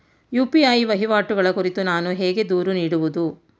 UPI ವಹಿವಾಟುಗಳ ಕುರಿತು ನಾನು ಹೇಗೆ ದೂರು ನೀಡುವುದು?